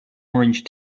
orange